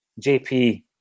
JP